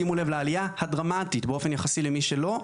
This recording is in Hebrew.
שימו לב לעלייה הדרמטית באופן יחסי למי שלא,